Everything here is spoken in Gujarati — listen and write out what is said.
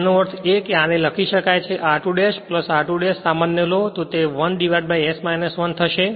તેનો અર્થ એ કે આને લખી શકાય છે r2 ' r2 ' સામાન્ય લો તો તે 1 s 1 થશે